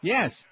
Yes